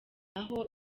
naho